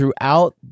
throughout